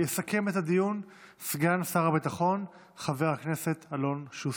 יסכם את הדיון סגן שר הביטחון חבר הכנסת אלון שוסטר.